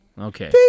Okay